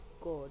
God